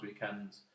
weekends